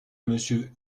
monsieur